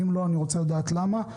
אם לא, אני רוצה לדעת למה.